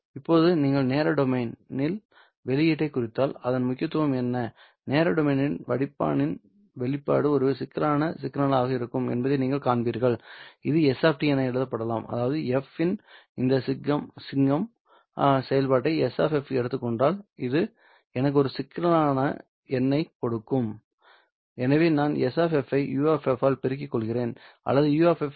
இப்போது நீங்கள் நேர டொமைன் இல் வெளியீட்டைக் குறித்தால் அதன் முக்கியத்துவம் என்ன நேர டொமைன் இல் வடிப்பானின் வெளியீடு ஒரு சிக்கலான சிக்னலாக இருக்கும் என்பதை நீங்கள் காண்பீர்கள் இது Ŝ என எழுதப்படலாம் அதாவது f இன் இந்த சிக்னம்-signum செயல்பாட்டை S க்குள் எடுத்துக் கொண்டால் அது எனக்கு ஒரு சிக்கலான எண்ணைக் கொடுக்கும் எனவே நான் S ஐ U ஆல் பெருக்கிக் கொள்கிறேன் ஆனால் U என்பது 12 j 2